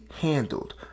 handled